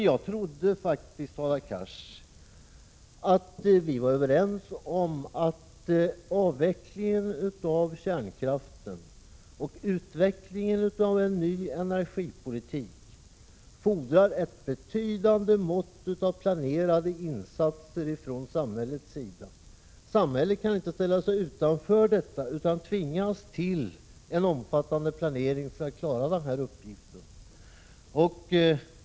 Jag trodde faktiskt, Hadar Cars, att vi var överens om att avvecklingen av kärnkraften och utvecklingen av en ny energipolitik fordrar ett betydande mått av planerade insatser från samhällets sida. Samhället kan inte ställa sig utanför detta utan tvingas till en omfattande planering för att klara den här uppgiften.